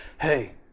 Hey